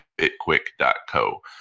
bitquick.co